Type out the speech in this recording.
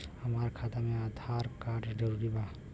हमार खाता में आधार कार्ड जरूरी बा?